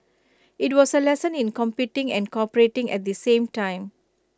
IT was A lesson in competing and cooperating at the same time